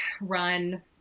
run